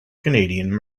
canadian